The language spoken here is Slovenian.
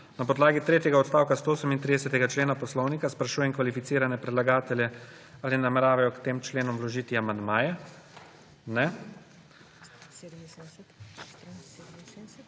Na podlagi tretjega odstavka 138. člena Poslovnika sprašujem kvalificirane predlagatelje, ali nameravajo k tem členom vložiti amandmaje. Ne.